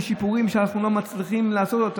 בשיפורים שאנחנו לא מצליחים לעשות.